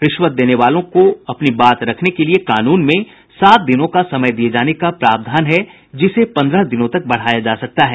रिश्वत देने वाले को अपनी बात रखने के लिए कानून में सात दिनों का समय दिये जाने का प्रावधान दिया है जिसे पन्द्रह दिनों तक बढ़ाया जा सकता है